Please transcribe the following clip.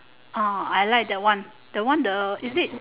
ah I like that one that one the is it